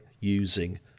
using